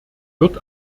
wird